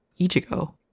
Ichigo